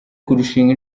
kurushinga